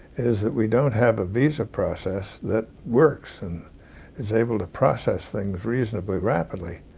is that we don't have a visa process that works and is able to process things reasonably rapidly.